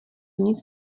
nic